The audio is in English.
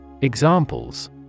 Examples